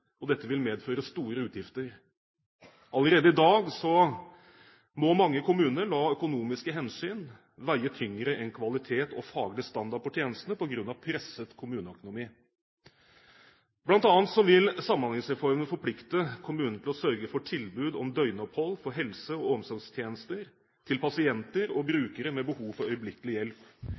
og dette vil medføre store utgifter. Allerede i dag må mange kommuner la økonomiske hensyn veie tyngre enn kvalitet og faglig standard på tjenestene, på grunn av presset kommuneøkonomi. Blant annet vil Samhandlingsreformen forplikte kommunene til å sørge for tilbud om døgnopphold for helse- og omsorgstjenester til pasienter og brukere med behov for øyeblikkelig hjelp.